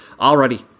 Alrighty